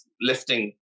lifting